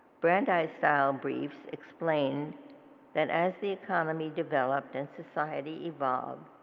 brandeis style briefs explained that as the economy developed and society evolved,